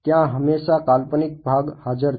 ત્યાં હમેશા કાલ્પનિક ભાગ હાજર છે